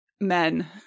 men